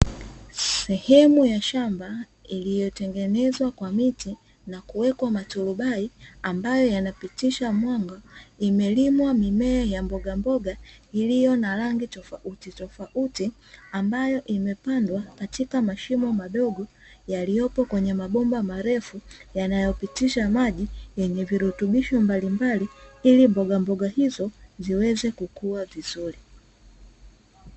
Sehemu ya shamba iliyotengenezwa kwa miti na kuwekwa matorubai ambayo yanapitisha mwanga imelimwa mimea ya mbogamboga iliyo na rangi tofauti tofauti, ambayo imepandwa katika mashimo madogo yaliyopo kwenye mabomba marefu yanayopitisha maji yenye virutubisho mbalimbali ili mbogamboga hizo ziweze kukua vizuri.